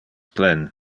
plen